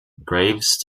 graves